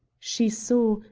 she saw,